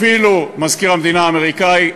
אפילו מזכיר המדינה האמריקני,